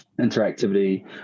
interactivity